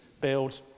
build